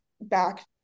back